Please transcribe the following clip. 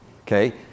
okay